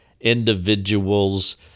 individuals